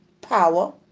power